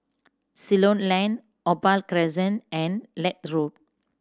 Ceylon Lane Opal Crescent and Leith Road